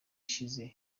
ishize